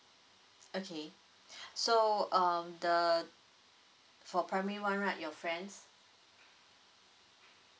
okay so um the for primary one right your friends